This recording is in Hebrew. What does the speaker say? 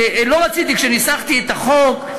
כאשר ניסחתי את החוק,